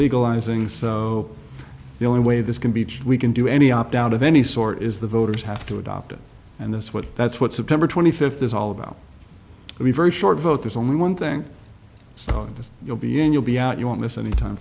legalizing so the only way this can be we can do any opt out of any sort is the voters have to adopt it and that's what that's what september twenty fifth is all about reverse short vote there's only one thing you'll be in you'll be out you won't miss any time